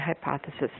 hypothesis